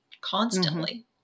constantly